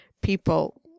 people